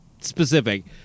specific